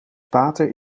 pater